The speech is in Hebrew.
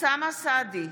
אוסאמה סעדי,